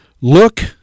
Look